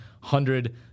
hundred